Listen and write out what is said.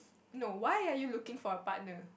no why are you looking for a partner